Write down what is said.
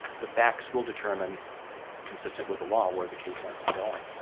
the facts will determine consistent with the law, where the case ends up going.